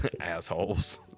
Assholes